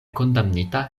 kondamnita